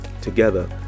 together